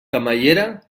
camallera